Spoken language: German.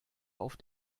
auf